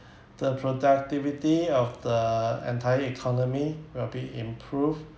the productivity of the entire economy will be improved